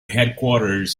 headquarters